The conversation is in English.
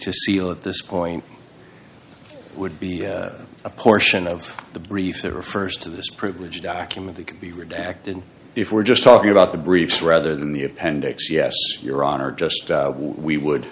to seal at this point would be a portion of the brief that refers to this privileged document that could be redacted if we're just talking about the briefs rather than the appendix yes your honor just we would